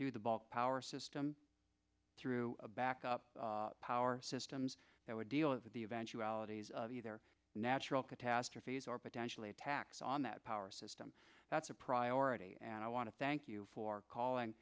through the bulk power system through a backup power systems that would deal with the eventualities the their natural catastrophes or potentially attacks on that power system that's a priority and i want to thank you for calling